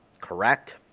correct